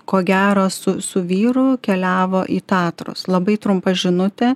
ko gero su su vyru keliavo į tatrus labai trumpa žinutė